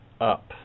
up